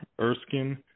Erskine